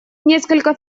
несколько